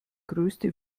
größte